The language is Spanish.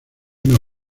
una